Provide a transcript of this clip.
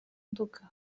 nduga